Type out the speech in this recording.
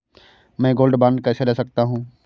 मैं gold bond कैसे ले सकता हूँ?